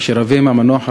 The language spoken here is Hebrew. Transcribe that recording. אשר אביהם המנוח,